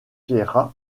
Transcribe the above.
duel